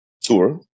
tour